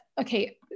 okay